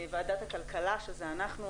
ועדת הכלכלה שזה אנחנו,